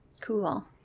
Cool